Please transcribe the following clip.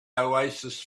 oasis